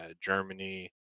Germany